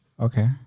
Okay